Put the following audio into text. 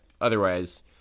otherwise